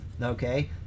okay